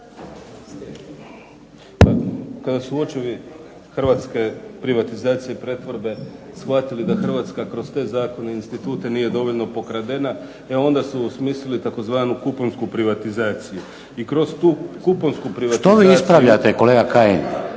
(IDS)** ... hrvatske privatizacije i pretvorbe shvatili da Hrvatska kroz te zakone i institute nije dovoljno pokradena, e onda su osmislili tzv. kuponsku privatizaciju. I kroz tu kuponsku